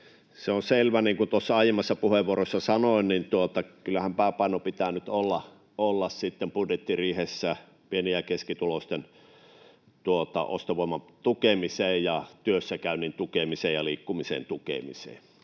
Se on selvä, niin kuin tuossa aiemmassa puheenvuorossa sanoin: Kyllähän pääpaino budjettiriihessä pitää nyt olla sitten pieni- ja keskituloisten ostovoiman tukemisessa, työssäkäynnin tukemisessa ja liikkumisen tukemisessa